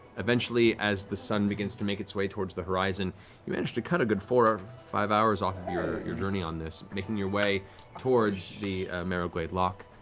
eventually, as the sun begins to make its way towards the horizon you managed to cut a good four or five hours off your your journey on this, making your way towards the marrowglade loch.